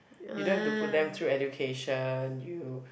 you don't have to put them through education you